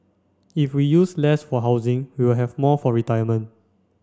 if we use less for housing we will have more for retirement